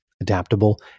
adaptable